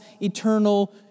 eternal